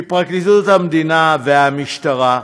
פרקליטות המדינה והמשטרה,